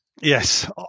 Yes